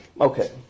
okay